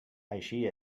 així